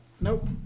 Nope